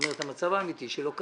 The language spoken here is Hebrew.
אני לא יודע אם זה